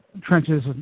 trenches